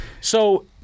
So-